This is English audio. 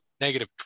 negative